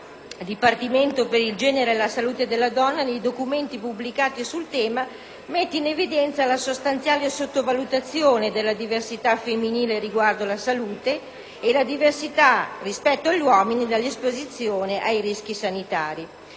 Dipartimento per il genere e la salute della donna, nei documenti pubblicati sul tema mette in evidenza la sostanziale sottovalutazione della diversità femminile riguardo la salute e la diversità rispetto agli uomini dell'esposizione ai rischi sanitari.